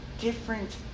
different